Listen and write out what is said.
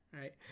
right